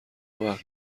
آورد